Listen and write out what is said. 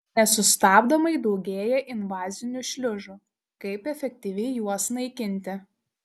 nesustabdomai daugėja invazinių šliužų kaip efektyviai juos naikinti